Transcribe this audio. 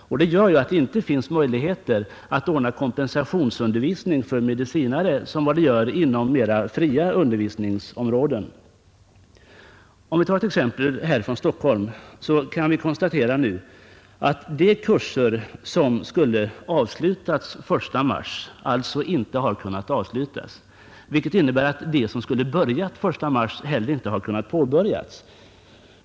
Det gör att det inte finns möjlighet att ordna kompensationsundervisning för medicinare på samma sätt som inom mera fria undervisningsområden. Om vi tar ett exempel härifrån Stockholm, kan vi konstatera att de kurser som skulle vara slut 1 mars inte kunnat avslutas, vilket innebär att de kurser som skulle ha börjat 1 mars inte heller kunnat påbörjas.